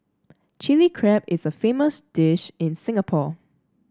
Chilli Crab is a famous dish in Singapore